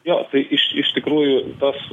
jo tai iš iš tikrųjų tas